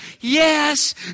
yes